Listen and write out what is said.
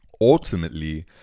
Ultimately